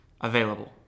available